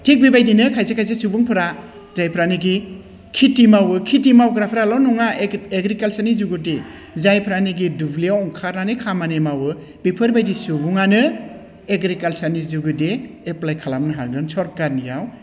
थिग बेबायदिनो खायसे खायसे सुबुंफोरा जायफ्रानोखि खेथि मावो खेथि मावग्राफ्राल' नङा एग्रिकालसारनि जुगेदि जायफ्रानोखि दुब्लियाव ओंखारनानै खामानि मावो बिफोरबायदि सुबुङानो एग्रिकालसारनि जुगेदि एप्लाइ खालामनो हागोन सरखारनियाव